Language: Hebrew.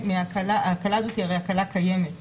ההקלה הזאת היא הקלה קיימת.